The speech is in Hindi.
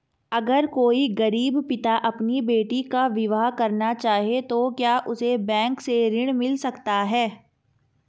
अगर कोई गरीब पिता अपनी बेटी का विवाह करना चाहे तो क्या उसे बैंक से ऋण मिल सकता है?